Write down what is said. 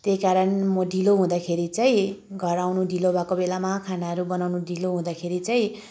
त्यही कारण म ढिलो हुँदाखेरि चाहिँ घर आउनु ढिलो भएको बेलामा खानाहरू बनाउनु ढिलो हुँदाखेरि चाहिँ